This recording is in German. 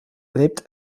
lebt